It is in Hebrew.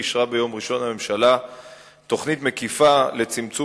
אישרה ביום ראשון הממשלה תוכנית מקיפה לצמצום